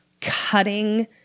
cutting